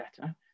better